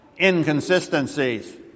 inconsistencies